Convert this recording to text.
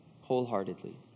wholeheartedly